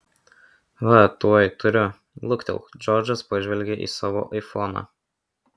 va tuoj turiu luktelk džordžas pažvelgė į savo aifoną